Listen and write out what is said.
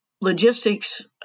logistics